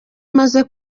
maze